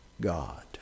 God